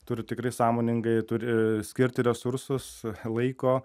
turi tikrai sąmoningai turi skirti resursus laiko